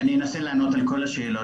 אני אנסה לענות על כל השאלות.